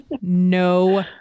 No